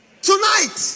Tonight